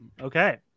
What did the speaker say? Okay